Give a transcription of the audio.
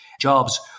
jobs